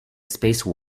space